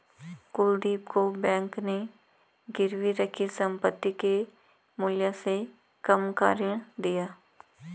कुलदीप को बैंक ने गिरवी रखी संपत्ति के मूल्य से कम का ऋण दिया